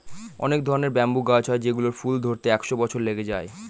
অনেক ধরনের ব্যাম্বু গাছ হয় যেগুলোর ফুল ধরতে একশো বছর লেগে যায়